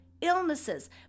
illnesses